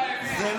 אני